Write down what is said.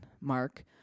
Mark